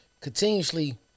continuously